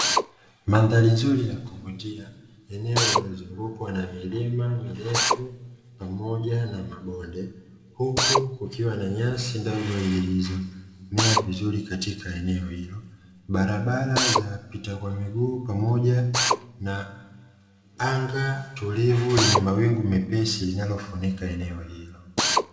Mandhari nzuri ya kuvutia eneo linalozungukwa na vilima mirefu pamoja na mabonde, huku kukiwa na nyasi ndogo nilizomea vizuri katika eneo hilo barabara za wapita kwa miguu pamoja na anga tulivu lenye mawingu mepesi linalofunika eneo hilo.